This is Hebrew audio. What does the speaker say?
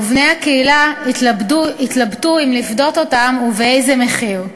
ובני הקהילה התלבטו אם לפדות אותם ובאיזה מחיר.